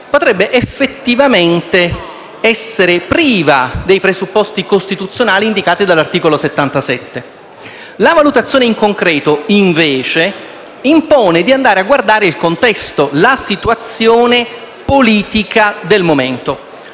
potrebbe effettivamente essere priva dei presupposti costituzionali indicati dall'articolo 77; la valutazione in concreto, invece, impone di andare a guardare il contesto, la situazione politica del momento.